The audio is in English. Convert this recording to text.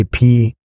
ip